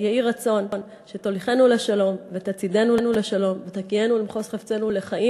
"יהי רצון שתוליכנו לשלום ותצעידנו לשלום ותגיענו למחוז חפצנו לחיים,